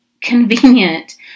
convenient